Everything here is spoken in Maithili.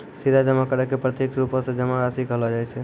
सीधा जमा करै के प्रत्यक्ष रुपो से जमा राशि कहलो जाय छै